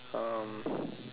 um